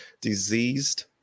Diseased